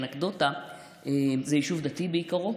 כאנקדוטה אספר לך שזה יישוב דתי בעיקרו.